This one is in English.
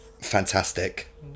fantastic